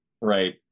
right